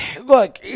Look